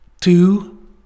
two